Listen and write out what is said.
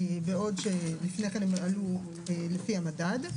בעוד שלפני כן הן עלו לפי המדד.